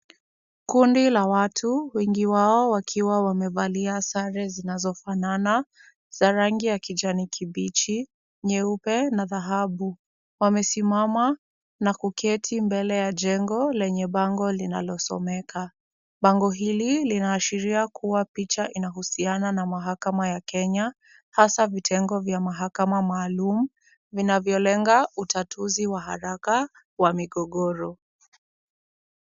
Kundi la watu wengi wao wakiwa wamevalia sare zinazofanana za rangi ya kijani kibichi, nyeupe na dhahabu. Wamesimama na kuketi mbele ya jengo lenye bango linalosomeka. Bango hili linaashiria kuwa picha inahusiana na mahakama ya Kenya hasa vitengo vya mahakama maalum vinavyolenga utatuzi wa haraka wa migogoro.